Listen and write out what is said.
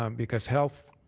um because health